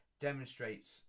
demonstrates